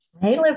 Hey